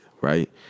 right